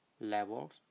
levels